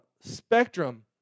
spectrum